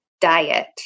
diet